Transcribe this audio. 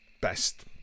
best